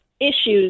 issues